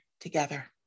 together